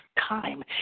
time